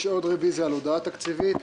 יש עוד רוויזיה על הודעה תקציבית מס'